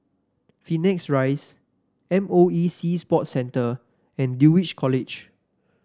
Phoenix Rise M O E Sea Sports Centre and Dulwich College